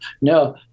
No